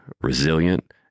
resilient